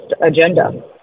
agenda